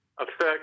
affect